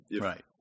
Right